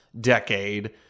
decade